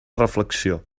reflexió